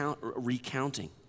recounting